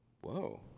Whoa